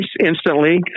instantly